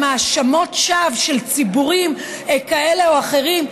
האשמות שווא של ציבורים כאלה או אחרים,